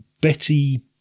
Betty